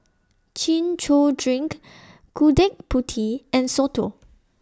Chin Chow Drink Gudeg Putih and Soto